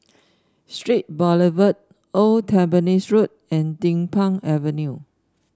Straits Boulevard Old Tampines Road and Din Pang Avenue